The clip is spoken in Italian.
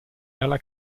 dalla